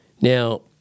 Now